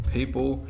People